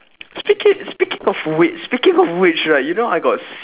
speaking speaking of which speaking of which right you know I got